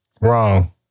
Wrong